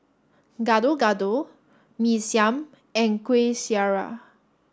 Gado Gado Mee Siam and Kueh Syara